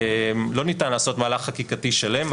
לא ניתן לעשות מהלך חקיקתי שלם,